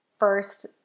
first